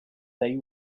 they